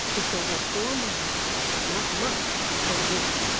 it's over four miles not much, but it is.